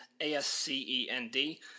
A-S-C-E-N-D